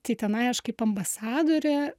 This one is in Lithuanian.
tai tenai aš kaip ambasadorė